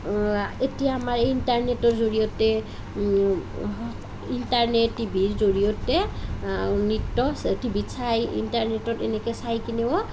এতিয়া আমাৰ ইণ্টাৰনেটৰ জৰিয়তে ইণ্টাৰনেট টিভিৰ জৰিয়তে নৃত্য টিভিত চাই ইণ্টাৰনেটত এনেকৈ চাই কিনেও